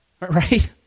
Right